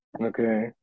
Okay